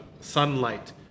sunlight